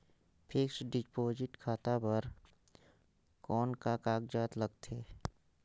Fixed deposit खाता बर कौन का कागजात लगथे?